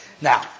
Now